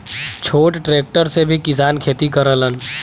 छोट ट्रेक्टर से भी किसान खेती करलन